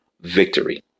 victory